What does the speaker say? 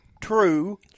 true